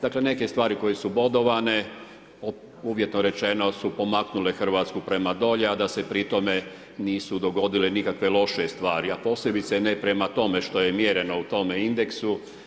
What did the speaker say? Dakle, neke stvari koje su bodovane, uvjetno rečeno su pomaknule RH prema dolje, a da se pri tome nisu dogodile nikakve loše stvari, a posebice ne prema tome što je mjereno u tome indeksu.